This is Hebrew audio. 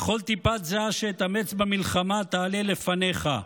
וכל טיפת זיעה שאתאמץ במלחמה תעלה לפניך.